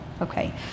Okay